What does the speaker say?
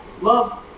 Love